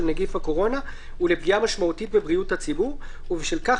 נגיף הקורונה ולפגיעה משמעותית בבריאות הציבור ובשל כך